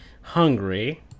hungry